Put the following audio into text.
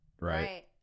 right